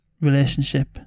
relationship